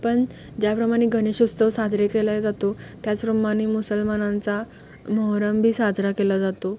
पण ज्याप्रमाणे गणेश उत्सव साजरे केल्या जातो त्याचप्रमाणे मुसलमानांचा मोहरम बी साजरा केला जातो